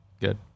good